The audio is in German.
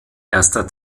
erster